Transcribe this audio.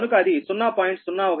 కనుక అది 0